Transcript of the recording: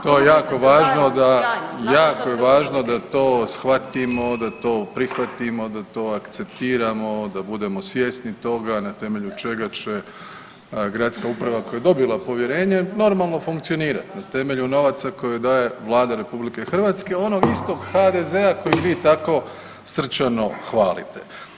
To je jako važno da, jako je važno da to shvatimo, da to prihvatimo, da to akceptiramo, da budemo svjesni toga na temelju čega će gradska uprava koja je dobila povjerenje normalno funkcionirat na temelju novaca koje daje Vlada RH onog istog HDZ-a kojeg vi tako srčano hvalite.